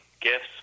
gifts